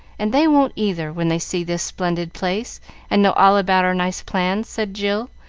and they won't either, when they see this splendid place and know all about our nice plans, said jill,